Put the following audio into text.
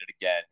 again